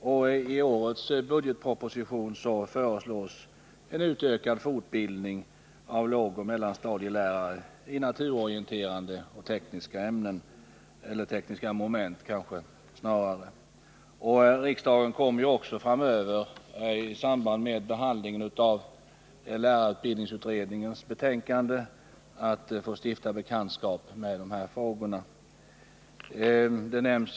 Vidare föreslås i årets budgetproposition en ökad fortbildning av lågoch mellanstadielärarna i naturorienterande och tekniska moment. Riksdagen kommer också framöver, i samband med behandlingen av lärarutbildningsutredningens betänkande, att få stifta bekantskap med de här frågorna.